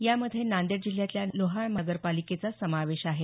यामध्ये नांदेड जिल्ह्यातल्या लोहा नगरपालिकेचा समावेश आहे